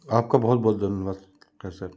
आप का बहुत बहुत धन्यवाद ओके सर